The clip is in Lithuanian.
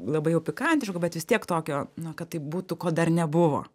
labai jau pikantiška bet vis tiek tokio na kad tai būtų ko dar nebuvo